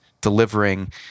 delivering